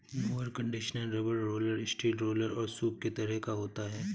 mower conditioner rubber roller, steel roller और सूप के तरह का होता है